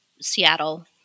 Seattle